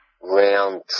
round